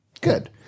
Good